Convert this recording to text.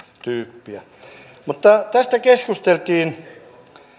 tyyppiä tästä keskusteltiin